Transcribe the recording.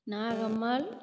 Nagammal